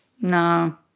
No